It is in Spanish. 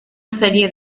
serie